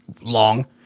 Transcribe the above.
long